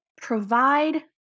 provide